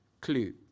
Clue